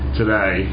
today